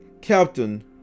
captain